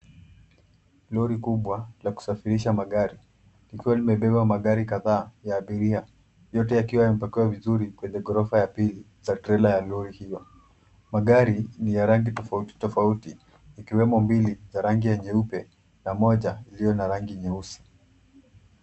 Lori kubwa la kusafirisha magari, likiwa limebeba magari kadhaa ya abiria, yote yakiwa yamepakiwa vizuri kwenye ghorofa ya mbili za trela ya lori hio, magari ni ya rangi tafauti tafauti ikiwemo mbili za rangi nyeupe na moja ilio na rangi jeusi.